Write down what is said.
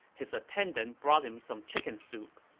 his attendant brought him some chicken soup.